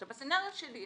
בסינריו שלי,